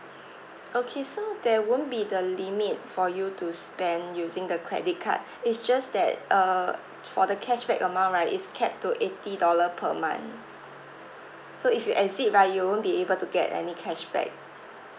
okay so there won't be the limit for you to spend using the credit card it's just that uh for the cashback amount right is kept to eighty dollar per month so if you exceed right you won't be able to get any cashback